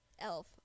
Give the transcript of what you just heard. Elf